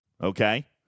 Okay